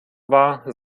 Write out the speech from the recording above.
war